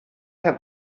have